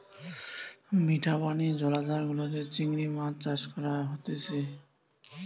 মিঠা পানি জলাধার গুলাতে চিংড়ি মাছ চাষ করা হতিছে